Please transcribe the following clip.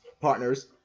partners